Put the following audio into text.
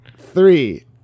Three